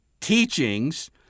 teachings